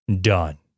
done